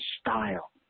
style